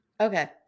Okay